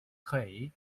clay